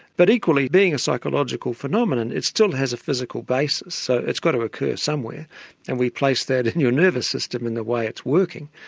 but equally being a psychological phenomenon it still has a physical basis, so it's got to occur somewhere and we place that in your nervous system in the way it's working.